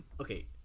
okay